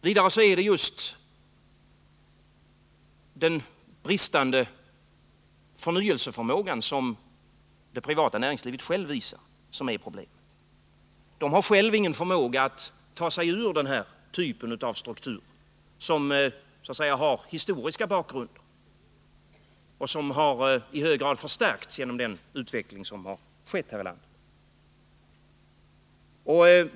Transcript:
Vidare är det just den bristande förnyelseförmågan som det privata näringslivet självt visar som är ett problem. Det privata näringslivet har ingen förmåga att ta sig ur den här typen av struktur, som så att säga har historiska bakgrunder och som i hög grad förstärkts genom den utveckling som skett här ilandet.